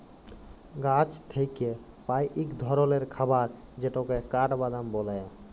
গাহাচ থ্যাইকে পাই ইক ধরলের খাবার যেটকে কাঠবাদাম ব্যলে